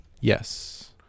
Yes